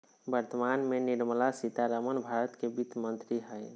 वर्तमान में निर्मला सीतारमण भारत के वित्त मंत्री हइ